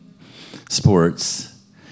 sports